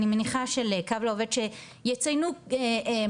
אני מניחה של "קו לעובד" שיציינו ככה